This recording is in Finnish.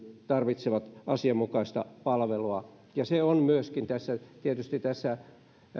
tarvitsevat asianmukaista palvelua se on myöskin tietysti tässä